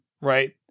right